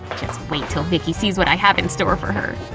just wait til vicky sees what i have in store for her,